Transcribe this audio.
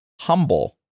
humble